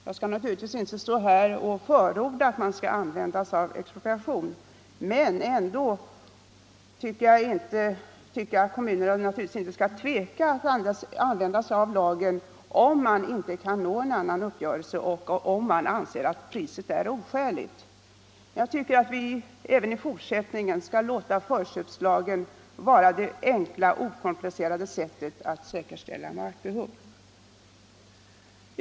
Jag skall givetvis inte stå här och förorda expropriation, men jag tycker att kommunen inte skall tveka att begagna detta förfarande, om kommunen anser priset oskäligt och inte kan nå en annan uppgörelse. Även i fortsättningen bör vi låta förköpslagen vara det enkla och okomplicerade sättet att säkerställa markbehov.